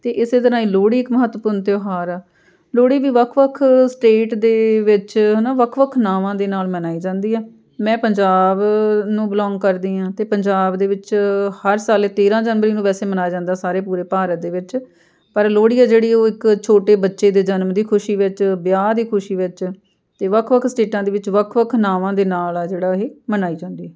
ਅਤੇ ਇਸੇ ਤਰ੍ਹਾਂ ਹੀ ਲੋਹੜੀ ਇੱਕ ਮਹੱਤਵਪੂਰਨ ਤਿਉਹਾਰ ਆ ਲੋਹੜੀ ਵੀ ਵੱਖ ਵੱਖ ਸਟੇਟ ਦੇ ਵਿੱਚ ਹੈ ਨਾ ਵੱਖ ਵੱਖ ਨਾਵਾਂ ਦੇ ਨਾਲ ਮਨਾਈ ਜਾਂਦੀ ਆ ਮੈਂ ਪੰਜਾਬ ਨੂੰ ਬਿਲੋਂਗ ਕਰਦੀ ਹਾਂ ਅਤੇ ਪੰਜਾਬ ਦੇ ਵਿੱਚ ਹਰ ਸਾਲ ਇਹ ਤੇਰਾਂ ਜਨਵਰੀ ਨੂੰ ਵੈਸੇ ਮਨਾਇਆ ਜਾਂਦਾ ਸਾਰੇ ਪੂਰੇ ਭਾਰਤ ਦੇ ਵਿੱਚ ਪਰ ਲੋਹੜੀ ਆ ਜਿਹੜੀ ਉਹ ਇੱਕ ਛੋਟੇ ਬੱਚੇ ਦੇ ਜਨਮ ਦੀ ਖੁਸ਼ੀ ਵਿੱਚ ਵਿਆਹ ਦੀ ਖੁਸ਼ੀ ਵਿੱਚ ਅਤੇ ਵੱਖ ਵੱਖ ਸਟੇਟਾਂ ਦੇ ਵਿੱਚ ਵੱਖ ਵੱਖ ਨਾਵਾਂ ਦੇ ਨਾਲ ਆ ਜਿਹੜਾ ਇਹ ਮਨਾਈ ਜਾਂਦੀ